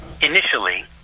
initially